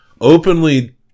openly